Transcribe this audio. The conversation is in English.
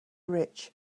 rich